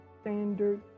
Standard